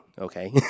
Okay